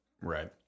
Right